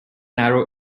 narrow